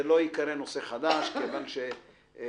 זה לא ייקרא נושא חדש מכיוון שאנחנו